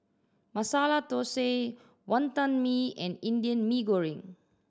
Masala Thosai Wonton Mee and Indian Mee Goreng